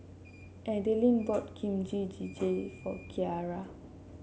Adelyn bought Kimchi Jjigae for Kyara